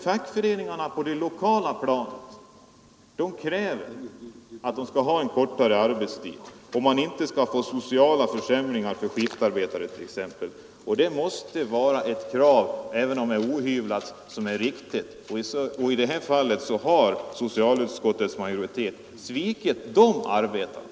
Fackföreningarna kräver på det lokala planet kortare arbetstid för att undvika sociala nackdelar för t.ex. skiftarbetare, och det måste vara ett krav som är riktigt, även om det är ohyvlat. I detta avseende har socialutskottets majoritet svikit arbetarna.